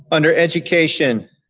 under education,